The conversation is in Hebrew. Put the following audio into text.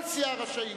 כל סיעה רשאית.